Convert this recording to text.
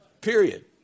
Period